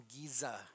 Giza